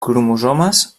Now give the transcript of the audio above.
cromosomes